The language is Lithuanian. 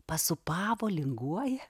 pasūpavo linguoja